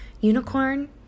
Unicorn